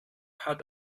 hat